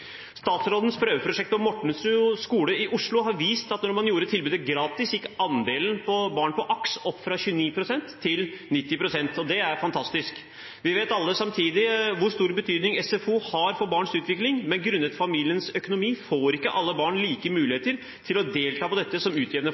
Statsrådens prøveprosjekt på Mortensrud skole i Oslo har vist at da man gjorde tilbudet gratis, gikk andelen barn på Aktivitetsskolen opp fra 29 pst. til 90 pst. Det er fantastisk. Vi vet alle samtidig hvor stor betydning SFO har for barns utvikling, men grunnet familiens økonomi får ikke alle barn like muligheter til å delta på dette som utjevner